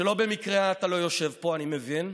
שלא במקרה אתה לא יושב פה, אני מבין,